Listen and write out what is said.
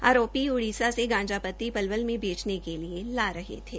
आरोपी उड़ीसा से गांजा पत्ती पलवल में बेचने के लिए ला रहे थे